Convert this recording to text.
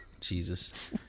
jesus